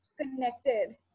connected